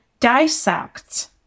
dissect